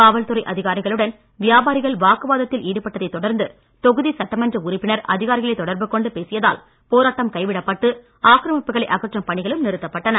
காவல் துறை அதிகாரிகளுடன் வியாபாரிகள் வாக்குவாதத்தில் ஈடுபட்டதை தொடர்ந்து தொகுதி சட்டமன்ற உறுப்பினர் அதிகாரிகளை தொடர்பு கொண்டு பேசியதால் போராட்டம் கைவிடப்பட்டு ஆக்கிரமிப்புகளை அகற்றும் பணிகளும் நிறுத்தப்பட்டன